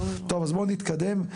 בואו נתקדם,